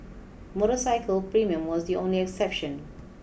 motorcycle premium was the only exception